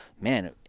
man